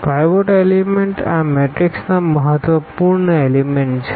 pivot element આ મેટ્રિક્સના મહત્વપૂર્ણ એલીમેન્ટ છે